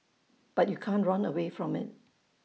but you can't run away from IT